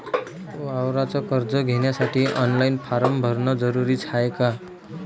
वावराच कर्ज घ्यासाठी ऑनलाईन फारम भरन जरुरीच हाय का?